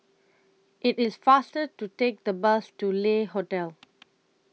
IT IS faster to Take The Bus to Le Hotel